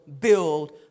build